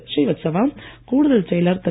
ஸ்ரீவத்சவா கூடுதல் செயலர் திரு